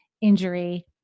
injury